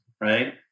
right